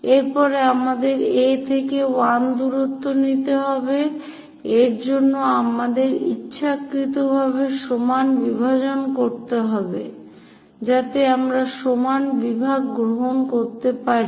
এর পরে আমাদের A থেকে 1 দূরত্ব নিতে হবে এর জন্য আমাদের ইচ্ছাকৃতভাবে সমান বিভাজন করতে হবে যাতে আমরা সমান বিভাগ গ্রহণ করতে পারি